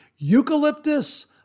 eucalyptus